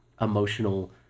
emotional